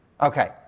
Okay